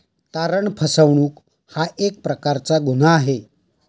तारण फसवणूक हा एक प्रकारचा गुन्हा आहे